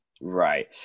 Right